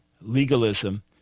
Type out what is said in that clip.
legalism